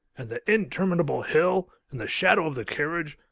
and the interminable hill, in the shadow of the carriage,